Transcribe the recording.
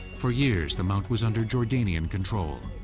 for years, the mount was under jordanian control,